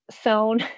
sewn